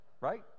Right